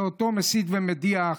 זה אותו מסית ומדיח,